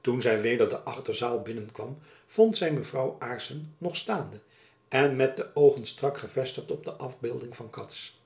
toen zy weder de achterzaal binnenkwam vond zy mevrouw aarssen nog staande en met de oogen strak gevestigd op de afbeelding van cats